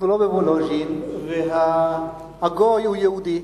אנחנו לא בוולוז'ין, והגוי הוא יהודי,